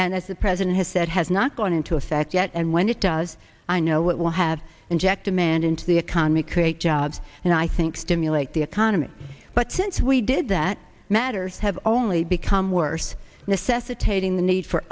and as the president has said has not gone into effect yet and when it does i know it will have injected mand into the economy create jobs and i think stimulate the economy but since we did that matters have only become worse necessitating the need for